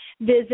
visit